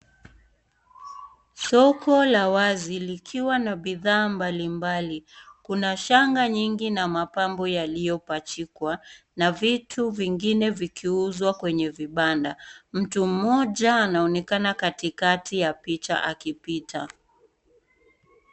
Soko la wazi likiwa na bidhaa mbalimbali. Kuna shanga nyingi na mapambo yaliyopachikwa na vitu vingine vikiuzwa kwenye vibanda. Mtu mmoja anaonekana kwa picha akipita.